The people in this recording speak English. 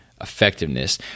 effectiveness